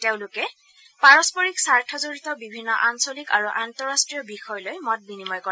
তেওঁলোকে লগতে পাৰস্পৰিক স্বাৰ্থ জড়িত বিভিন্ন আঞ্চলিক আৰু আন্তৰাষ্ট্ৰীয় বিষয় লৈ মত বিনিময় কৰে